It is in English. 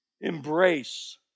Embrace